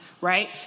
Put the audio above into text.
Right